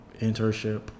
internship